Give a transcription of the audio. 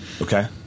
Okay